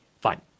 Fine